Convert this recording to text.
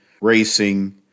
racing